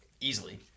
easily